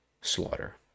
slaughter